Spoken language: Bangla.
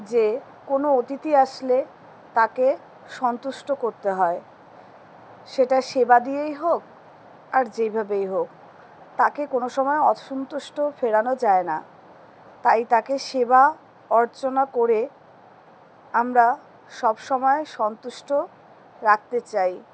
যে কোনো অতিথি আসলে তাকে সন্তুষ্ট করতে হয় সেটা সেবা দিয়েই হোক আর যেইভাবেই হোক তাকে কোনো সময় অসন্তুষ্ট ফেরানো যায় না তাই তাকে সেবা অর্চনা করে আমরা সব সময় সন্তুষ্ট রাখতে চাই